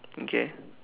okay